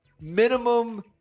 minimum